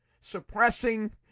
suppressing